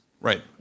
Right